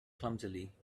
clumsily